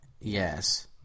Yes